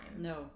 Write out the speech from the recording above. No